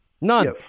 None